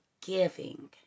giving